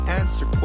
answer